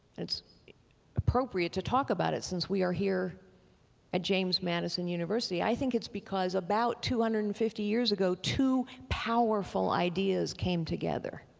it's appropriate to talk about it since we are here at james madison university, i think it's because about two hundred and fifty years ago two powerful ideas came together.